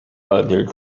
other